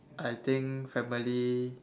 I think family